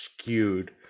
skewed